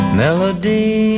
melody